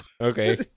okay